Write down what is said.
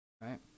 right